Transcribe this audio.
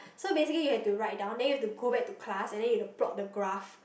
so basically you have to write down then you have to go back to class and then you've to plot the graph